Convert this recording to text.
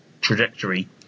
trajectory